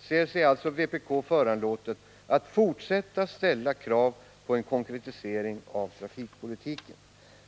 ser sig alltså vpk föranlåtet att fortsätta ställa krav på en konkretisering av trafikpolitiken.